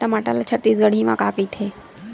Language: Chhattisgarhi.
टमाटर ला छत्तीसगढ़ी मा का कइथे?